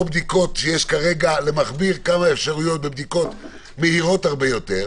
או בדיקות שיש כרגע למכביר כמה אפשרויות לבדיקות מהירות הרבה יותר,